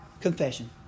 Confession